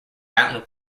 mountain